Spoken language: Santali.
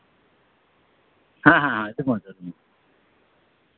ᱦᱮᱸ ᱦᱮᱸ ᱟᱹᱰᱤ ᱢᱤᱸᱡᱽ ᱟᱹᱰᱤ ᱢᱚᱸᱡᱽ